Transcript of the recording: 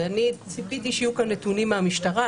וציפיתי שיהיו כאן נתונים מהמשטרה,